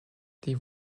die